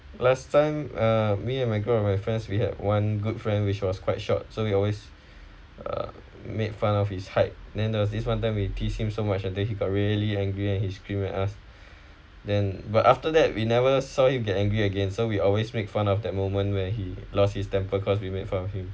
last time uh me and my group of my friends we have one good friend which was quite short so we always uh made fun of his height then there was this one time we tease him so much and he got really angry and he screamed at us then but after that we never saw him get angry again so we always make fun of that moment where he lost his temper cause we made fun of him